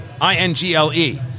I-N-G-L-E